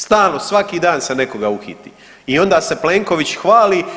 Stalno, svaki dan se nekoga uhiti i onda se Plenković hvali.